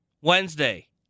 Wednesday